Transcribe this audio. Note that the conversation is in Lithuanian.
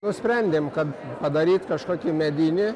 nusprendėm kad padaryt kažkokį medinį